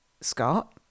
Scott